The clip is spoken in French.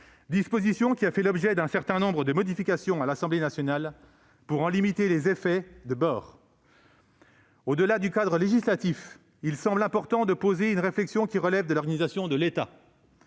disposition qui a fait l'objet d'un certain nombre de modifications à l'Assemblée nationale pour en limiter les effets de bord. Au-delà du cadre législatif, il semble important de mener une réflexion qui relève de l'organisation de l'État